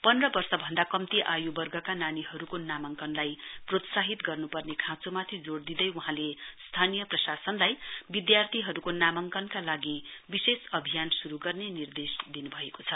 पन्ध्र वर्ष भन्दा कम्ती आयुवर्गका नानीहरूको नामाङकनलाई प्रोत्साहित गर्नुपर्ने खाँचोमाथि जोड़ दिँदै वहाँले स्थानीय प्रशासनलाई विद्यार्थीहरूको नामाङकनका लागि विशेष अभियान शुरू गर्ने निर्देश दिनुभएको छ